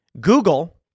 Google